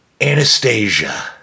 Anastasia